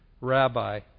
rabbi